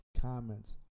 comments